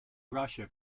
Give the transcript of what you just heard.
russia